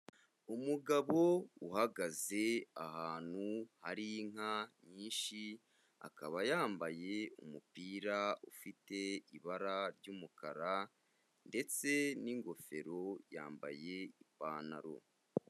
Umugabo uhagaze ahantu hari inka nyinshi, akaba yambaye umupira ufite ibara ry'umukara ndetse n'ingofero, yambaye ipantaro.